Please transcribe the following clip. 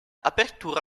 apertura